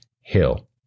Hill